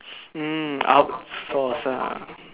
mm out source ah